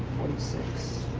forty six.